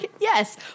Yes